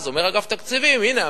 אז אומר אגף התקציבים, הנה,